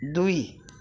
ଦୁଇ